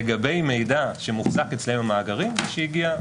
לגבי מידע שמוחזק אצלם במאגרים שהגיע,